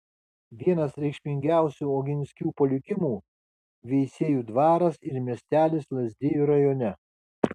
vienas reikšmingiausių oginskių palikimų veisiejų dvaras ir miestelis lazdijų rajone